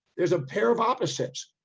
there's a pair of opposites.